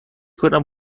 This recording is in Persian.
کنم